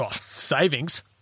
Savings